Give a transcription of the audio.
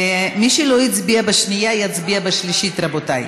מי שלא הצביע בשנייה, יצביע בשלישית, רבותי.